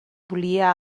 volia